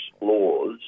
laws